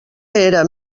era